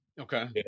Okay